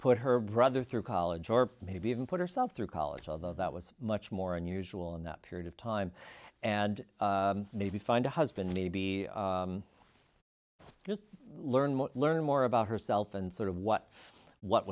put her brother through college or maybe even put herself through college although that was much more unusual in that period of time and maybe find a husband may be just learn more learn more about herself and sort of what what